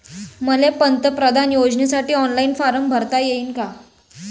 मले पंतप्रधान योजनेसाठी ऑनलाईन फारम भरता येईन का?